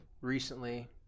recently